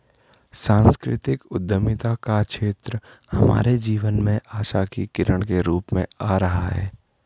सांस्कृतिक उद्यमिता का क्षेत्र हमारे जीवन में आशा की किरण के रूप में आ रहा है